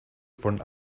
von